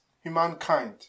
humankind